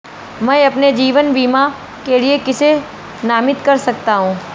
मैं अपने जीवन बीमा के लिए किसे नामित कर सकता हूं?